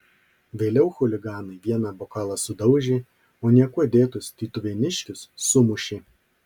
vėliau chuliganai vieną bokalą sudaužė o niekuo dėtus tytuvėniškius sumušė